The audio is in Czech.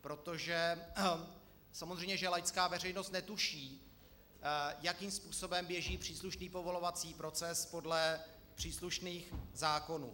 Protože samozřejmě že laická veřejnost netuší, jakým způsobem běží příslušný povolovací proces podle příslušných zákonů.